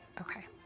okay